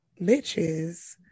bitches